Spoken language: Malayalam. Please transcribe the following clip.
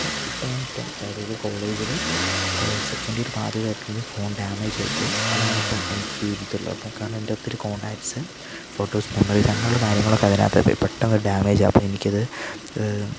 ഇപ്പ ഞാനിപ്പം അതായത് കോളേജില് സെക്കൻഡ് ഇയർ പാതി വരെ എത്തിയത് ഫോൺ ഡാമേജ് ആയിപ്പോയി അതാണിപ്പം എനിക്ക് ഒരിതുള്ളേ അപ്പം കാരണം എൻ്റ ഒത്തൊരു കോൺടാക്ട്സ് ഫോട്ടോസ് മെമ്മറീസ് അങ്ങനുള്ള കാര്യങ്ങളൊക്കെ അതിനകത്തായി പോയി പെട്ടന്ന് ഡാമേജ് അപ്പൊ എനിക്കത്